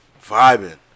Vibing